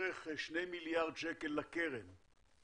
בערך שני מיליארד שקל לקרן,